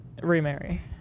remarry